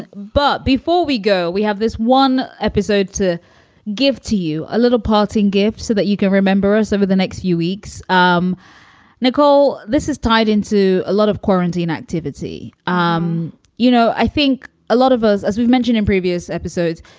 but before we go, we have this one episode to give to you a little parting gift so that you can remember us over the next few weeks. um nicole, this is tied into a lot of quarantine activity. um you know, i think a lot of us, as we've mentioned in previous episodes,